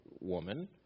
woman